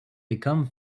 become